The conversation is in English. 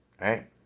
right